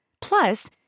Plus